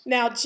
Now